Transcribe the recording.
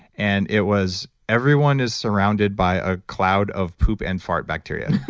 and it was, everyone is surrounded by a cloud of poop and fart bacteria.